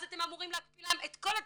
אתם אמורים להקפיא להם את כל התקנים.